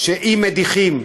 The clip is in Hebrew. שאם מדיחים,